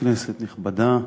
כנסת נכבדה,